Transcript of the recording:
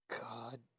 god